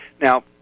Now